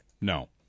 No